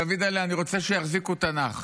דוידל'ה, אני רוצה שיחזיקו תנ"ך.